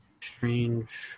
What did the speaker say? Strange